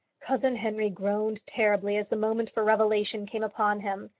cousin henry groaned terribly as the moment for revelation came upon him.